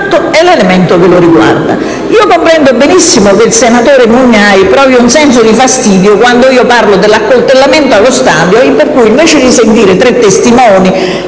il senatore Mugnai provi un senso di fastidio quando io parlo dell'accoltellamento allo stadio per cui, invece di sentire tre testimoni